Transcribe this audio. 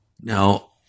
Now